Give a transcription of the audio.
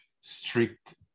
strict